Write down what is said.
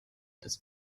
das